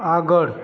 આગળ